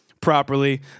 properly